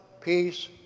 peace